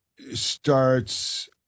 starts